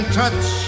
touch